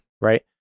right